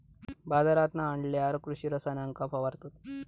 बाजारांतना आणल्यार कृषि रसायनांका फवारतत